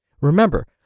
Remember